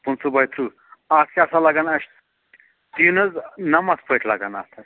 پٕنٛژٕہ باے ترٕٛہ اَتھ کیٛاہ سا لَگَن اَسہِ ٹیٖنَس نَمتھ پٔٹۍ لَگَن اَتھ حظ